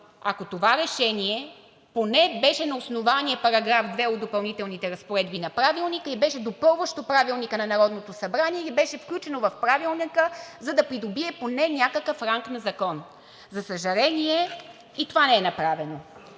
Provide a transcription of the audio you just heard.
ако това решение беше поне на основание § 2 от Допълнителните разпоредби на Правилника и беше допълващо Правилника на Народното събрание или беше включено в Правилника, за да придобие поне някакъв ранг на закон. За съжаление, и това не е направено.